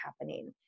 happening